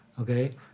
okay